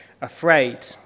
afraid